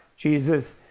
jesus,